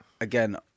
again